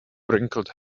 wrinkled